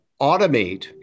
automate